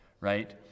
right